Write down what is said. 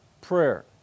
prayer